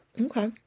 Okay